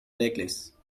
necklace